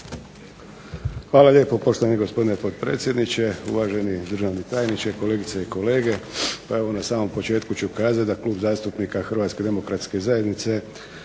Hvala lijepo poštovani gospodine potpredsjedniče, uvaženi državni tajniče, kolegice i kolege. Pa evo na samom početku ću kazati da Klub zastupnika Hrvatske demokratske zajednice